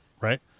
Right